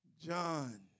John